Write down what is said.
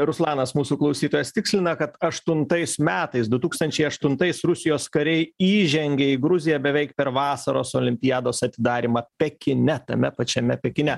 ruslanas mūsų klausytojas tikslina kad aštuntais metais du tūkstančiai aštuntais rusijos kariai įžengė į gruziją beveik per vasaros olimpiados atidarymą pekine tame pačiame pekine